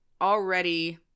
already